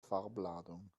farbladung